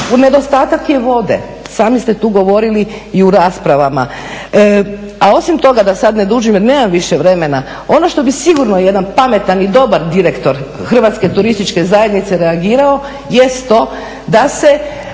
Nedostatak je vode, sami ste tu govorili i u raspravama. A osim toga da sad ne dužim jer nemam više vremena ono što bi sigurno jedan pametan i dobar direktor HTZ-a reagirao jest to da se